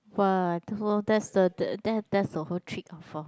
!wah! so that's the that that's the whole trick or for